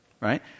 right